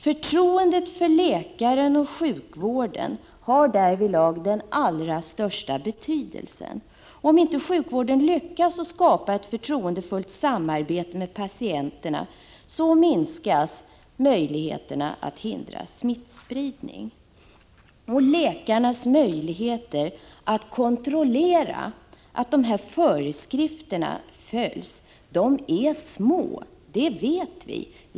Förtroendet för läkaren och sjukvården har därvidlag den allra största betydelse. Om inte sjukvården lyckas skapa ett förtroendefullt samarbete med patienterna, minskas förutsättningarna att hindra smittspridning. Läkarnas möjligheter att kontrollera att föreskrifterna efterlevs är små — det vet vi.